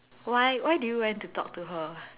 why why do you went to talk to her